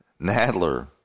Nadler